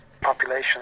Population